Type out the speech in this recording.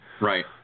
Right